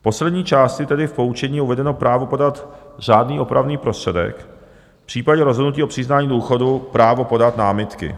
V poslední části, tedy v poučení, je uvedeno právo podat řádný opravný prostředek, v případě rozhodnutí o přiznání důchodu právo podat námitky.